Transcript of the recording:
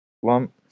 one